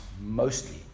mostly